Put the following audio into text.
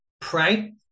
pray